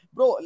Bro